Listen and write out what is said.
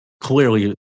clearly